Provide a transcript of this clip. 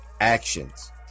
actions